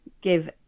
give